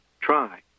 Try